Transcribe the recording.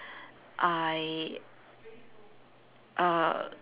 I err